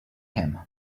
him